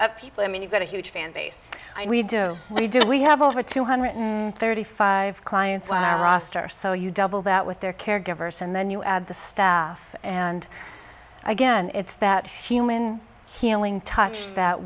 of people i mean you've got a huge fan base i mean we do what we do we have over two hundred thirty five clients roster so you double that with their caregivers and then you add the staff and again it's that human